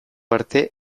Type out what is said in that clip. arte